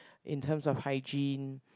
in terms of hygiene